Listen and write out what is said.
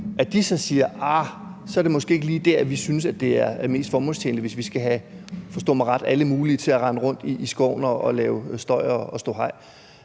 Arh, så er det måske ikke lige der, vi synes det er mest formålstjenligt, hvis vi skal have – forstå mig ret – alle mulige til at rende rundt i skoven og lave støj og ståhej?